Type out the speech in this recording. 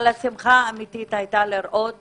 אבל השמחה האמיתית היתה לראות